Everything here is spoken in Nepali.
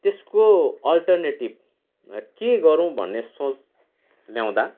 त्यसको अल्टरनेटिभ के गरूँ भन्ने सोच ल्याउँदा